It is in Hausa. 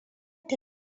ta